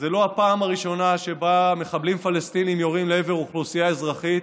זו לא הפעם הראשונה שבה מחבלים פלסטינים יורים לעבר אוכלוסייה אזרחית.